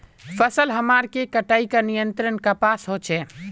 फसल हमार के कटाई का नियंत्रण कपास होचे?